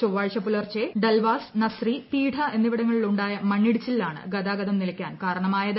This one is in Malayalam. ചൊവ്വാഴ്ച പുലർച്ചെ ഡൽവാസ് നസ്രി പീഡ എന്നിവിടങ്ങളിലുണ്ടായ മണ്ണിടിച്ചിലാണ് ഗതാഗതം നിലയ്ക്കാൻ കാരണമായത്